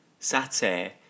Satay